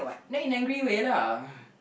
nag in angry way lah